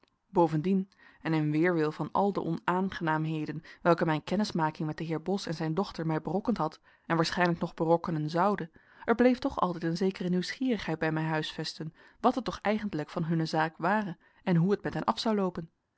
bovendien en in weerwil van al de onaangenaamheden welke mijn kennismaking met den heer bos en zijn dochter mij berokkend had en waarschijnlijk nog berokkenen zoude er bleef toch altijd een zekere nieuwsgierigheid bij mij huisvesten wat er toch eigentlijk van hunne zaak ware en hoe het met hen af zou loopen